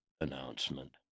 announcement